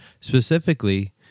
specifically